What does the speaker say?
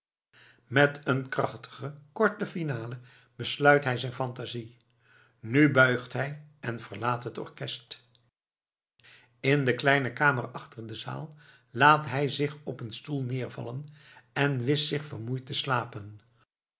met een krachtige korte finale besluit hij zijn phantasie nu buigt hij en verlaat het orkest in de kleine kamer achter de zaal laat hij zich op een stoel neervallen en wischt zich vermoeid de slapen